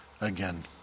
again